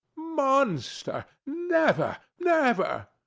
monster! never, never.